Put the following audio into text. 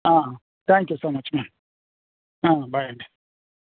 thank you so much bye అండి